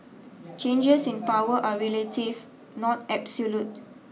changes in power are relative not absolute